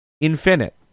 infinite